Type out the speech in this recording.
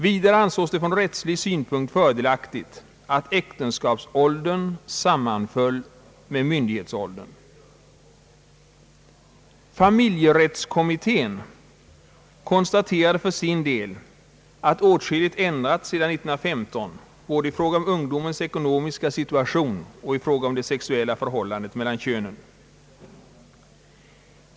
Vidare ansågs det från rättslig synpunkt fördelaktigt att äktenskapsåldern sammanföll med myndighetsåldern. Familjerättskommittén konstaterade för sin del att åtskilligt ändrats sedan 1915, både i fråga om ungdomens ekonomiska situation och i fråga om det sexuella förhållandet mellan könen.